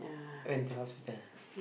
went to hospital